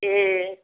ए